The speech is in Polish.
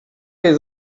jej